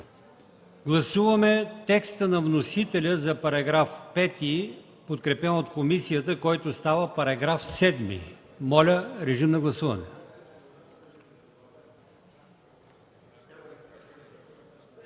Гласуваме текста на вносителя за § 5, подкрепен от комисията, който става § 7. Моля, режим на гласуване.